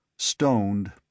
Stoned